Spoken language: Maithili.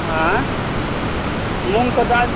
आँय मूँगके दालि